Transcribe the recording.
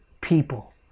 people